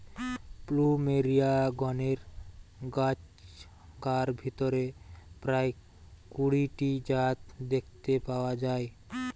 plumeria গণের গাছগার ভিতরে প্রায় কুড়ি টি জাত দেখতে পাওয়া যায়